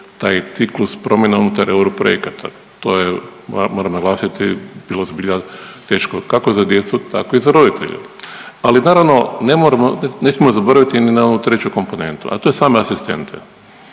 taj ciklus promjena unutar euro projekata. To je moram naglasiti bilo zbilja teško kako za djecu tako i za roditelje. Ali naravno ne moramo, ne smijemo zaboraviti ni na onu treću komponentu, a to je same asistente.